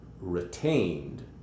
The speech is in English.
retained